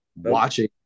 watching